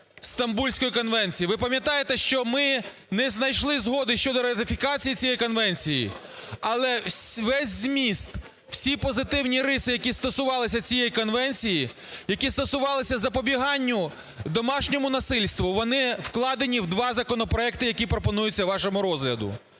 Стамбульської конвенції. Ви пам'ятаєте, що ми не знайшли згоди щодо ратифікації цієї конвенції, але весь зміст, всі позитивні риси, які стосувалися цієї конвенції, які стосувалися запобіганню домашньому насильству, вони вкладені в 2 законопроекти, які пропонуються вашому розгляду.